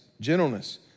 gentleness